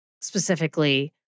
specifically